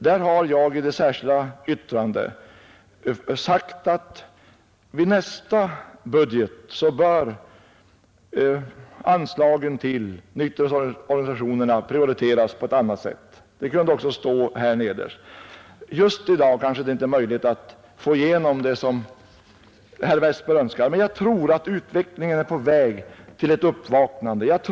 Där har jag i ett särskilt yttrande sagt att i nästa budget bör anslagen till nykterhetsorganisationerna prioriteras på ett annat sätt. Det kunde också stå nederst i det här yttrandet. Just i dag kanske det inte är möjligt att få igenom vad herr Westberg önskar, men jag tror att utvecklingen går mot ett uppvaknande.